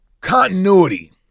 continuity